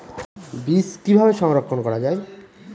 বীজ কিভাবে সংরক্ষণ করা যায়?